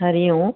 Hari Om